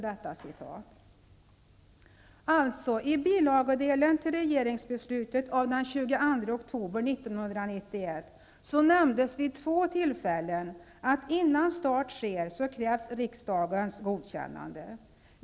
I bilagedelen beträffande regeringsbeslutet av den 24 oktober 1991 nämndes det alltså vid två tillfällen att innan start sker krävs det ett godkännande av riksdagen.